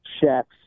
chefs